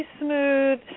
smooth